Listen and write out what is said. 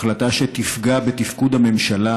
החלטה שתפגע בתפקוד הממשלה,